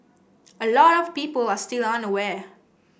a lot of people are still unaware